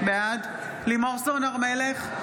בעד לימור סון הר מלך,